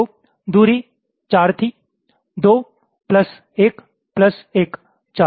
तो दूरी 4 थी 2 प्लस 1 प्लस 1 4